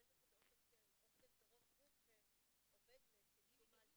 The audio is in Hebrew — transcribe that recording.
עומדת בראש גוף שעומד לצמצום --- לילי,